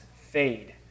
fade